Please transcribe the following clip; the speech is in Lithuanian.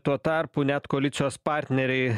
tuo tarpu net koalicijos partneriai